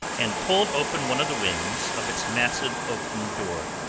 and pulled open one of the wings of its massive oaken door.